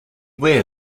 wear